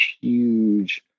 huge